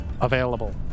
available